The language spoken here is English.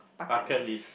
bucket list